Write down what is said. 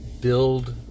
Build